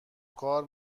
کار